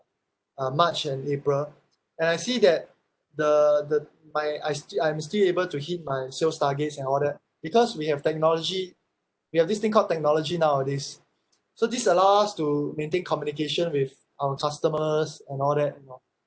uh march and april and I see that the the my I still I'm still able to hit my sales targets and all that because we have technology we have this thing called technology nowadays so this allow us to maintain communication with our customers and all that